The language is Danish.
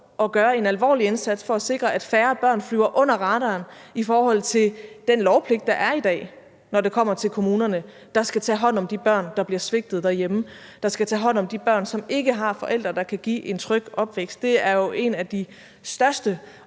og gøre en alvorlig indsats for at sikre, at færre børn flyver under radaren i forhold til den lovpligt, der er i dag, når det kommer til kommunerne, der skal tage hånd om de børn, der bliver svigtet derhjemme; der skal tage hånd om de børn, som ikke har forældre, der kan give en tryg opvækst. Det er jo en af de største